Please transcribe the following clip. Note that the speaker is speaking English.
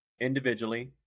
individually